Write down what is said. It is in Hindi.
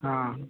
हाँ